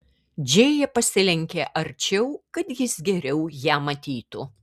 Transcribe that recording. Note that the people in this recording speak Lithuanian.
džėja pasilenkė arčiau kad jis geriau ją matytų